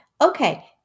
okay